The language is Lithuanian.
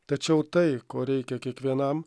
tačiau tai ko reikia kiekvienam